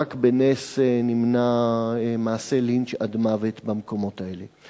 ורק בנס נמנע מעשה לינץ' עד מוות במקומות האלה.